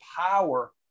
power